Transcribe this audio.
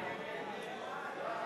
הצעת הסיכום שהביא חבר הכנסת דב